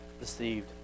deceived